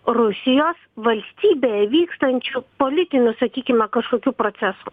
rusijos valstybėje vykstančių politinių sakykime kažkokių procesų